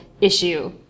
issue